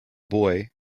boy